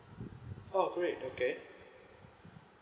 oh great okay